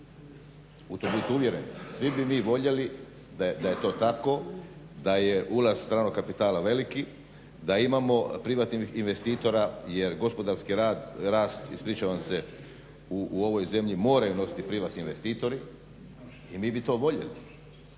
u to budite uvjereni. Svi bi mi voljeli da je to tako, da je ulaz stranog kapitala veliki, da imamo privatnih investitora jer gospodarski rast u ovoj zemlji moraju nositi privatni investitori. I mi bi to voljeli,